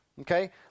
Okay